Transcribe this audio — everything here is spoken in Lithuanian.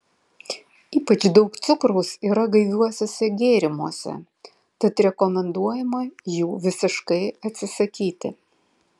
ypač daug cukraus yra gaiviuosiuose gėrimuose tad rekomenduojama jų visiškai atsisakyti